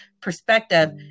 perspective